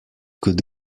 could